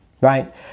Right